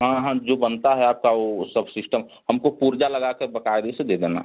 हाँ हाँ जो बनता है आपका वो सब सिस्टम हमको पूर्जा लगा के बकायदे से दे देना